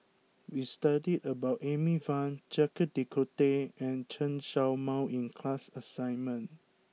we studied about Amy Van Jacques de Coutre and Chen Show Mao in class assignment